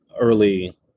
early